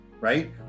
right